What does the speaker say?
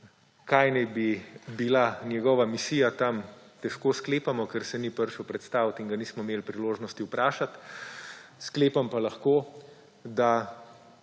kaj naj bi bila njegova misija tam, težko sklepamo, ker se ni prišel predstavit in ga nismo imeli priložnosti vprašati, sklepam pa lahko, da